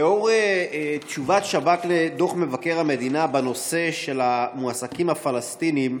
לאור תשובת שב"כ לדוח מבקר המדינה בנושא של המועסקים הפלסטינים,